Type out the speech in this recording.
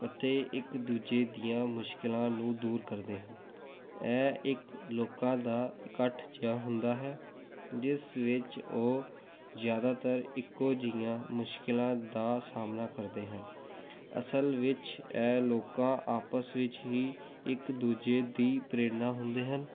ਅਤੇ ਇੱਕ ਦੂਜੇ ਦੀਆਂ ਮੁਸ਼ਕਿਲਾਂ ਨੂੰ ਦੂਰ ਕਰਦੇ ਹਨ ਇਹ ਇੱਕ ਲੋਕਾਂ ਦਾ ਇਕੱਠ ਜਿਹਾ ਹੁੰਦਾ ਹੈ ਜਿਸ ਵਿੱਚ ਉਹ ਜ਼ਿਆਦਾਤਰ ਇੱਕੋ ਜਿਹੀਆਂ ਮੁਸ਼ਕਿਲਾਂ ਦਾ ਸਾਹਮਣਾ ਕਰਦੇ ਹਨ ਅਸਲ ਵਿੱਚ ਇਹ ਲੋਕਾਂ ਆਪਸ ਵਿੱਚ ਹੀ ਇੱਕ ਦੂਜੇ ਦੀ ਪ੍ਰੇਰਨਾ ਹੁੰਦੇ ਹਨ